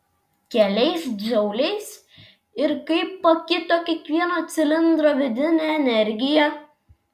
keliais džauliais ir kaip pakito kiekvieno cilindro vidinė energija